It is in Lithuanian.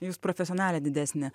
jūs profesionalė didesnė